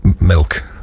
milk